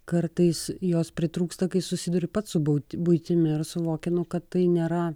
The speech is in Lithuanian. kartais jos pritrūksta kai susiduri pats su baut buitimi ir suvokiama kad tai nėra